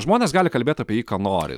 žmonės gali kalbėt apie jį ką nori